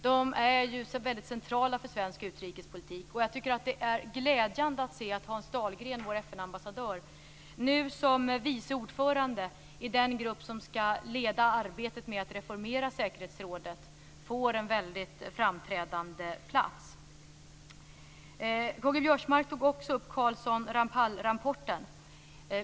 De är ju väldigt centrala för svensk utrikespolitik, och jag tycker att det är glädjande att se att Hans Dahlgren, vår FN ambassadör, nu som vice ordförande i den grupp som skall leda arbetet med att reformera säkerhetsrådet får en väldigt framträdande plats. K-G Biörsmark tog också upp Carlsson-Ramphalrapporten.